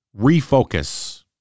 refocus